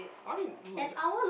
I mean do the job